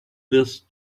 this